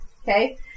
okay